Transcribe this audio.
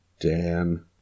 Dan